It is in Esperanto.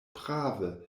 prave